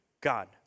God